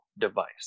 device